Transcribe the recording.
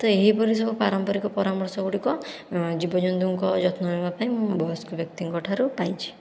ତ ଏହିପରି ସବୁ ପାରମ୍ପାରିକ ପରାମର୍ଶ ଗୁଡ଼ିକ ଜୀବ ଜନ୍ତୁଙ୍କ ଯତ୍ନ ନବା ପାଇଁ ମୁଁ ବୟସ୍କ ବ୍ୟକ୍ତିଙ୍କ ଠାରୁ ପାଇଛି